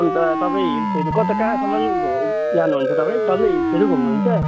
अनि त तपाईँ हिल्सहरू कता कहाँसम्मन जानुहुन्छ तपाईँ डल्लै हिल्सहरू घुम्नुहुन्छ